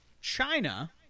China